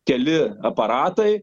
keli aparatai